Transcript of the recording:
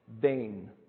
Vain